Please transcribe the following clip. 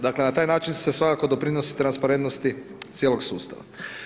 Dakle, na taj način se svakako doprinosi transparentnosti cijelog sustava.